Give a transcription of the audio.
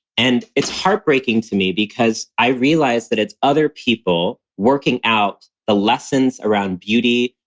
and it's heartbreaking to me because i realize that it's other people working out the lessons around beauty,